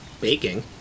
Baking